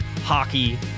hockey